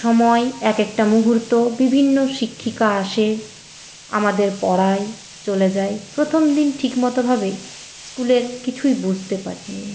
সময় এক একটা মুহূর্ত বিভিন্ন শিক্ষিকা আসে আমাদের পড়ায় চলে যায় প্রথমদিন ঠিকমতোভাবে স্কুলের কিছুই বুঝতে পারিনি